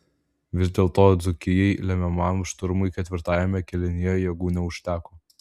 vis dėlto dzūkijai lemiamam šturmui ketvirtajame kėlinyje jėgų neužteko